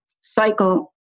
cycle